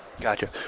Gotcha